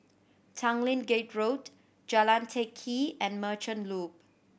Tanglin Gate Road Jalan Teck Kee and Merchant Loop